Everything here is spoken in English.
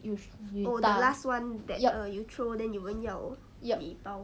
you sho~ you 打 yup yup